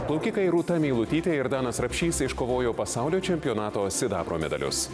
plaukikai rūta meilutytė ir danas rapšys iškovojo pasaulio čempionato sidabro medalius